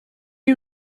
you